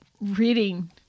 reading